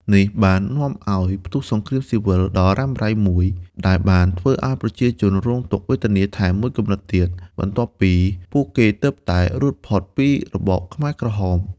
នេះបាននាំឱ្យផ្ទុះសង្គ្រាមស៊ីវិលដ៏រ៉ាំរ៉ៃមួយ ដែលបានធ្វើឱ្យប្រជាជនរងទុក្ខវេទនាថែមមួយកម្រិតទៀត បន្ទាប់ពីពួកគេទើបតែរួចផុតពីរបបខ្មែរក្រហម។